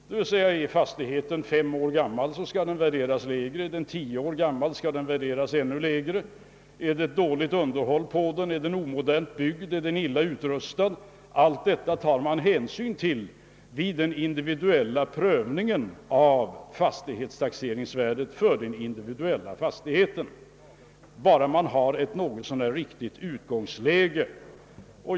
Är en annan fastighet fem år gammal skall den värderas lägre, är den tio år gammal ännu lägre o.s.v. Är den dåligt underhållen, omodernt byggd, illa utrustad 0. s. v. skall det även tas hänsyn till detta vid den individuella prövningen av fastighetstaxeringsvärdet för fastigheten i fråga. Har man bara ett något så när riktigt utgångsvärde går det bra.